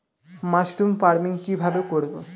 Mushroom farming কি ভাবে করব?